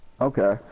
Okay